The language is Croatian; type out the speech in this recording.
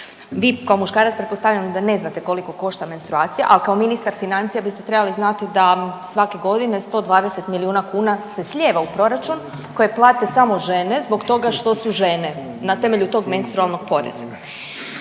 Vi kao muškarac pretpostavljam da ne znate koliko košta menstruacija, ali kao ministar, a kao ministar financija biste trebali znati da svake godine 120 milijuna kuna se slijeva u proračun koje plate samo žene zbog toga što su žene na temelju tog menstrualnog poreza.